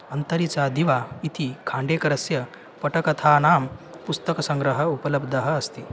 अन्तरि चादिवा इति खाण्डेकरस्य पटकथानां पुस्तकसङ्ग्रहः उपलब्धः अस्ति